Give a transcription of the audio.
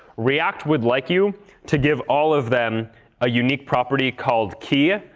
react would like you to give all of them a unique property called key.